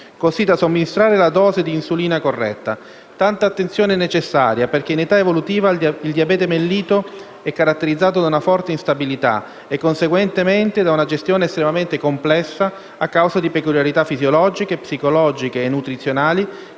così da somministrare la dose di insulina corretta. Tanta attenzione è necessaria perché in età evolutiva il diabete mellito è caratterizzato da una forte instabilità e, conseguentemente, da una gestione estremamente complessa a causa di peculiarità fisiologiche, psicologiche e nutrizionali